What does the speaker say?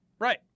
Right